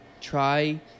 try